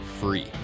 free